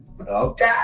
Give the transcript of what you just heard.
Okay